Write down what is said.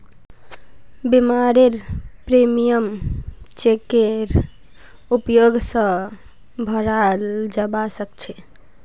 बीमारेर प्रीमियम चेकेर उपयोग स भराल जबा सक छे